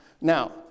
Now